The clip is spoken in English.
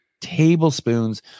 tablespoons